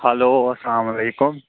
hello اَسلامُ علیکُم